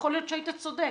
ויכול להיות שהיית צודק,